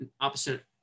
opposite